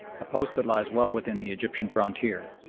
a post that lies well within the egyptian frontier.